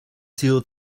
sido